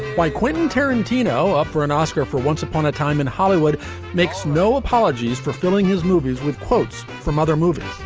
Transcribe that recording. by quentin tarantino up for an oscar for once upon a time in hollywood makes no apologies for filming his movies with quotes from other movies,